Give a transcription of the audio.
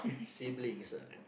siblings ah